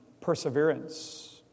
perseverance